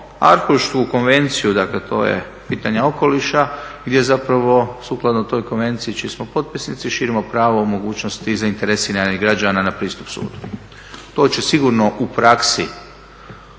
Arhušku konvenciju dakle to je pitanje okoliša gdje zapravo sukladno toj Konvenciji čiji smo potpisnici širimo pravo mogućnosti zainteresiranih građana na pristup sudu. To će sigurno u praksi